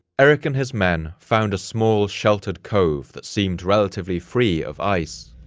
erik and his men found a small, sheltered cove that seemed relatively free of ice.